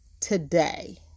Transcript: today